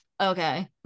okay